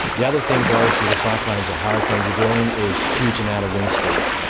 the other things that obviously the cyclones or hurricanes are doing is, huge amounts of wind speeds.